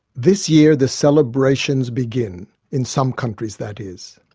this year the celebrations begin, in some countries that is.